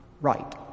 right